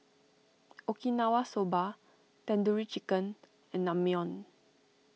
Okinawa Soba Tandoori Chicken and Naengmyeon